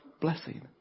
blessing